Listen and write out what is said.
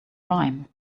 rhyme